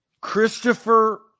Christopher